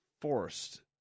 forced